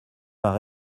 vint